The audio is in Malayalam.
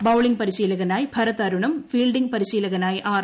ബൌളിംഗ് പരിശീലകനായി ഭരത് അരുണും ഫീൽഡിംഗ് പരിശീലകനായി ആർ